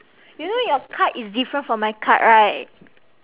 you know your card is different from my card right